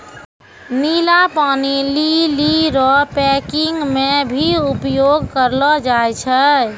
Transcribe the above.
नीला पानी लीली रो पैकिंग मे भी उपयोग करलो जाय छै